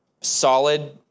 solid